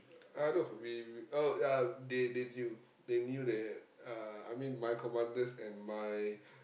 uh no we oh ya they they knew they knew that uh I mean my commanders and my